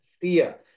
fear